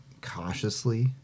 cautiously